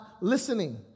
listening